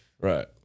Right